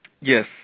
Yes